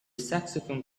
saxophone